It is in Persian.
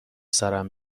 سرم